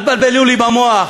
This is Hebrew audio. אל תבלבלו לי במוח,